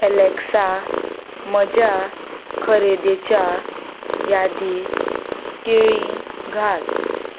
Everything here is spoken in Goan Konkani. एलेक्सा म्हज्या खरेदीच्या यादींत केळीं घाल